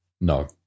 No